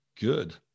Good